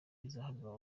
izahabwa